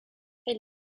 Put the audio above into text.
elle